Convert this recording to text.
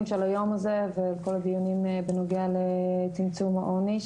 של היום הזה והדיונים בנוגע לצמצום העוני.